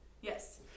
Yes